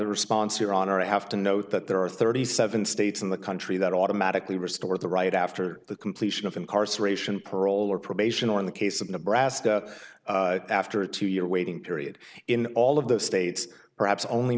response here on our i have to note that there are thirty seven states in the country that automatically restore the right after the completion of incarceration parole or probation or in the case of nebraska after a two year waiting period in all of the states perhaps only